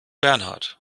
bernhard